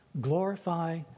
glorify